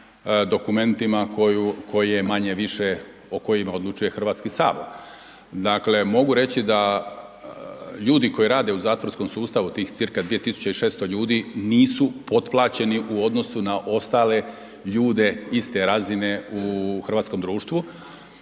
dokumentima koje manje-više, o kojima odlučuje Hrvatski sabor. Dakle, mogu reći da ljudi koji rade u zatvorskom sustavu tih cca 2600 ljudi, nisu potplaćeni u odnosu na ostale ljude iste razine u hrvatskom društvu.